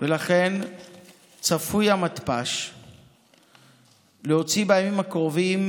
ולכן צפוי המתפ"ש להוציא בימים הקרובים